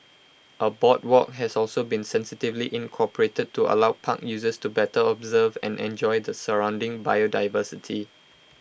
A boardwalk has also been sensitively incorporated to allow park users to better observe and enjoy the surrounding biodiversity